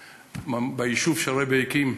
ביישוב שהרעבע הקים.